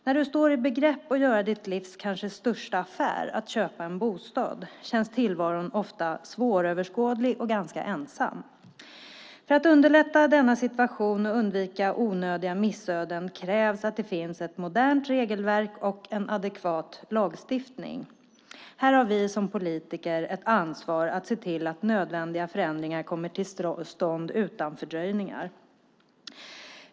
När man står i begrepp att göra sitt livs största affär, att köpa bostad, känns tillvaron ofta svåröverskådlig och ganska ensam. För att underlätta denna situation och undvika onödiga missöden krävs ett modernt regelverk och en adekvat lagstiftning. Här har vi som politiker ett ansvar att se till att nödvändiga förändringar kommer till stånd utan fördröjningar.